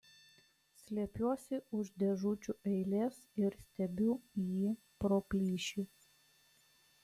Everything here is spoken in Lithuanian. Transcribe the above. slepiuosi už dėžučių eilės ir stebiu jį pro plyšį